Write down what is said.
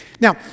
Now